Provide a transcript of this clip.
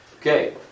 Okay